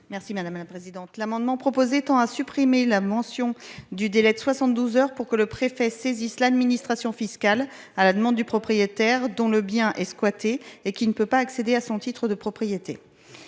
Merci madame la présidente. L'amendement proposé tend à supprimer la mention du délai de 72 heures pour que le préfet saisisse l'administration fiscale à la demande du propriétaire, dont le bien est squattée et qui ne peut pas accéder à son titre de propriété.